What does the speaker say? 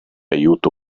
aiuto